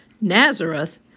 Nazareth